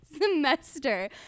semester